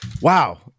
Wow